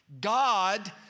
God